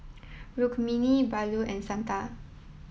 Rukmini Bellur and Santha